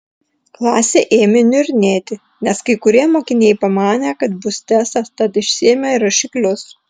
klasė ėmė niurnėti nes kai kurie mokiniai pamanė kad bus testas tad išsiėmė rašiklius